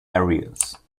areas